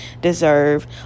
deserve